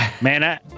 Man